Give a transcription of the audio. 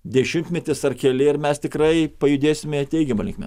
dešimtmetis ar keli ir mes tikrai pajudėsime teigiama linkme